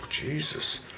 Jesus